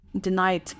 denied